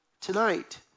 Tonight